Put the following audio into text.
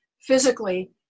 physically